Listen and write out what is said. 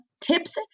tips